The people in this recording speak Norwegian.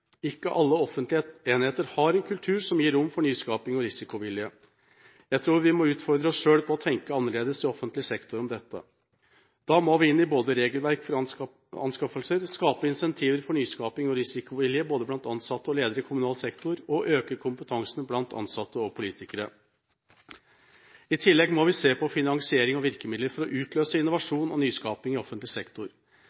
Ikke alle offentlige enheter har en kultur som gir rom for nyskaping og risikovilje. Jeg tror vi må utfordre oss selv til å tenke annerledes om dette når det gjelder offentlig sektor. Da må vi inn i regelverk for anskaffelser, skape insentiver for nyskaping og risikovilje blant både ansatte og ledere i kommunal sektor og øke kompetansen blant både ansatte og politikere. I tillegg må vi se på finansiering og virkemidler for å utløse